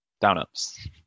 Down-ups